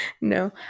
no